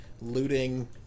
looting